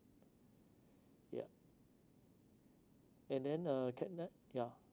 ya and then uh can I ya